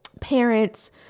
parents